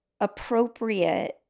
appropriate